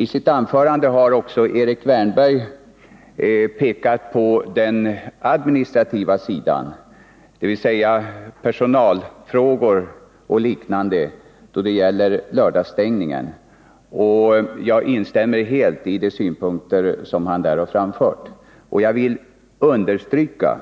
I sitt anförande har Erik Wärnberg pekat på den administrativa sidan, dvs. personalfrågor och liknande, då det gäller lördagsstängningen. Jag instäm mer helt i de synpunkter som han där har framfört. Och jag vill understryka